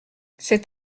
cet